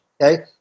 Okay